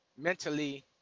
mentally